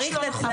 ממש לא נכון,